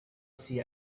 see